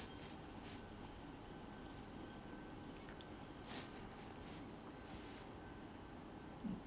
mm